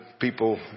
people